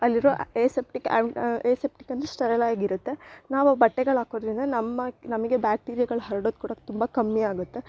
ಅಲ್ಲಿರೊ aseptic aseptic ಅಂದರೆ ಸರಳಾಗಿರುತ್ತೆ ನಾವು ಬಟ್ಟೆಗಳು ಹಾಕೋದ್ರಿಂದ ನಮಗ್ ನಮಗೆ ಬ್ಯಾಕ್ಟಿರಿಯಾಗಳು ಹರ್ಡೋದು ಕೂಡ ತುಂಬ ಕಮ್ಮಿ ಆಗುತ್ತೆ